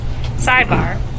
sidebar